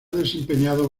desempeñado